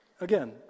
again